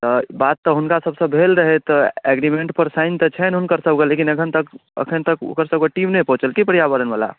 तऽ बात तऽ हुनका सब सऽ भेल रहै तऽ एग्रीमेंट पर साइन तऽ छनि हुनकर सब के लेकिन एखन तक एखन तक ओकर सब के टीम नहि पहुँचल की पर्यावरण बला